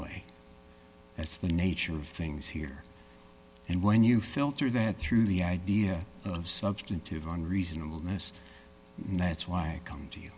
way that's the nature of things here and when you filter that through the idea of substantive on reasonable notice that's why i come to you